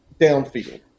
downfield